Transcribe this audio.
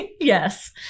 Yes